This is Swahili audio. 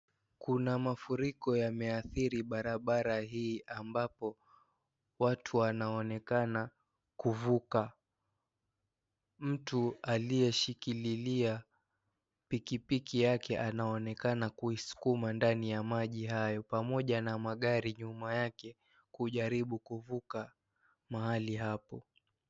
Kuna mafuriko yameaathiri barabara hii, ambapo watu wanaonekana kuvuka. Mtu aliyeshikilia pikipiki yake anaonekana kusukuma ndani ya maji hayo pamoja na magari nyuma yake hujaribu kuvuka Mahali hapa.